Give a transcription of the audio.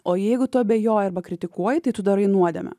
o jeigu tu abejoji arba kritikuoji tai tu darai nuodėmę